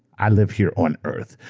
i live here on earth.